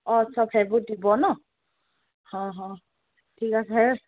অঁ চব সেইবোৰ দিব ন অঁ অঁ ঠিক আছে